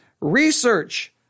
research